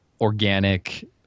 organic